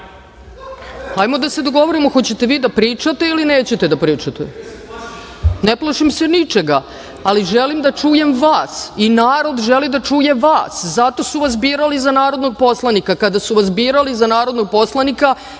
Hajmo da se dogovorimo, hoćete vi da pričate ili nećete da pričate? Ne plašim se ničega, ali želim da čujem vas i narod želi da čuje vas, zato su vas birali za narodnog poslanika. Kada su vas birali za narodnog poslanika,